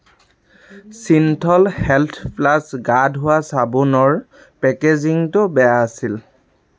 Cinthol health plus গা ধোৱা চাবোনৰ পেকেজিংটো বেয়া আছিল